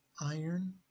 iron